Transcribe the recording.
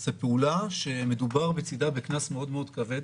זו פעולה שיש בצידה קנס מאוד מאוד כבד.